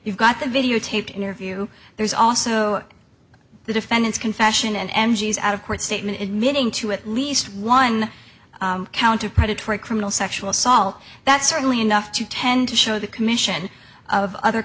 you've got the videotaped interview there's also the defendant's confession and energies out of court statement admitting to at least one count of predatory criminal sexual assault that's certainly enough to tend to show the commission of other